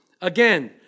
Again